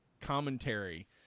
Commentary